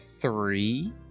Three